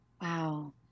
Wow